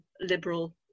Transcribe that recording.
liberal